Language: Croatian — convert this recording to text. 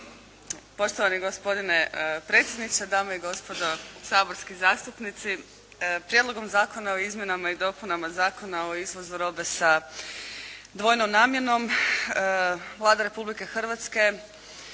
Poštovani gospodine predsjedniče, dame i gospodo saborski zastupnici! Prijedlogom zakona o izmjenama i dopunama Zakona o izvozu robe sa dvojnom namjenom Vlada Republike Hrvatske